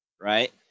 right